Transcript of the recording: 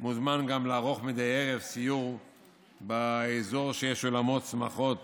מוזמן גם לערוך מדי ערב סיור באזור שיש בו אולמות שמחות